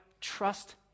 trust